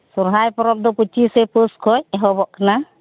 ᱥᱚᱦᱚᱨᱟᱭ ᱯᱚᱨᱚᱵ ᱫᱚ ᱯᱩᱸᱪᱤᱥᱮ ᱯᱳᱥ ᱠᱷᱚᱱ ᱮᱦᱚᱵᱚᱜ ᱠᱟᱱᱟ